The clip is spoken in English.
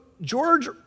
George